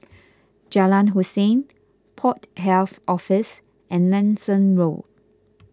Jalan Hussein Port Health Office and Nanson Road